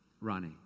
Ronnie